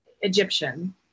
Egyptian